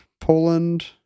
Poland